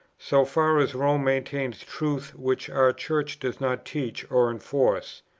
so far as rome maintains truths which our church does not teach or enforce.